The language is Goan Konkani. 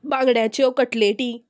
बांगड्यांच्यो कटलेटी